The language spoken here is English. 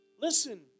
Listen